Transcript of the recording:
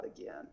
again